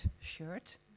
shirt